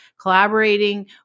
collaborating